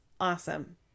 awesome